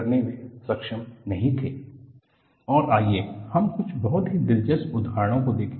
various results of fracture in glass और आइए हम कुछ बहुत ही दिलचस्प उदाहरणों को देखें